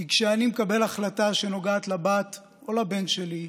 כי כשאני מקבל החלטה שנוגעת לבת או לבן שלי,